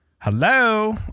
hello